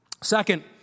Second